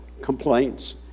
complaints